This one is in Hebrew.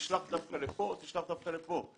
תשלח דווקא לפה או תשלח דווקא לפה.